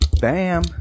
Bam